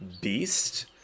beast